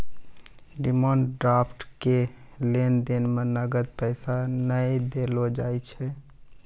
demand draft के लेन देन मे नगद पैसा नै देलो जाय छै